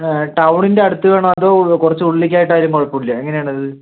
ആ ടൗണിൻ്റെ അടുത്തു വേണോ അതോ കുറച്ചു ഉള്ളിലോട്ടായാലും കുഴപ്പല്ലേ എങ്ങനെയാണത്